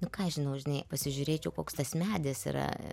nu ką aš žinau žinai pasižiūrėčiau koks tas medis yra